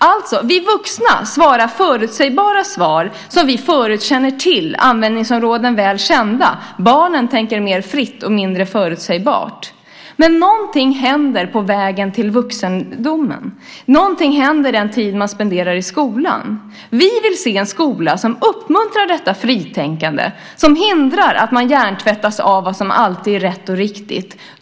Alltså: Vi vuxna ger förutsägbara svar om användningsområden som är väl kända och som vi känt till sedan tidigare. Barnen tänker mer fritt och mindre förutsägbart. Men någonting händer på vägen till vuxenlivet. Någonting händer under den tid som man spenderar i skolan. Vi vill se en skola som uppmuntrar detta fritänkande och som hindrar att man hjärntvättas av vad som alltid är rätt och riktigt.